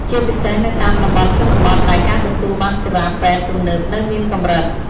ជាពិសេសនៅតាមតំបន់ជនបទ ដែលការទទួលបានសេវាពេទ្យទំនើបនៅមានកម្រិត